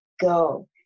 go